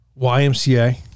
YMCA